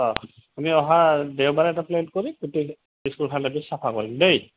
অঁ আমি অহা দেওবাৰে এটা প্লেন কৰি গোটেই ইস্কুল খনেদি চাফা কৰিম দেই